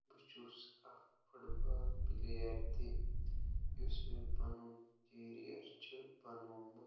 بہٕ چھُس اَکھ فُٹ بال پُلیر تہِ یُس مےٚ پَنُن کیریَر چھُ بَنوومُت